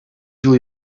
жыл